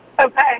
Okay